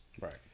Right